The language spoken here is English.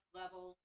level